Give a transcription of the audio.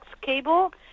cable